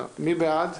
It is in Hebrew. מי בעד?